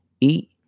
eat